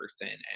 person